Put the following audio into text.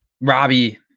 Robbie